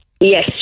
Yes